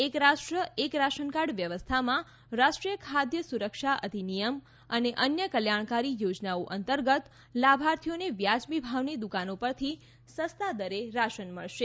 એક રાષ્ટ્ર એક રાશન કાર્ડ વ્યવસ્થામાં રાષ્ટ્રીય ખાદ્ય સુરક્ષા અધિનિયમ અને અન્ય કલ્યાણકારી યોજનાઓ અંતર્ગત લાભાર્થીઓને વાજબી ભાવની દુકાનો પરથી સસ્તા દરે રાશન મળશે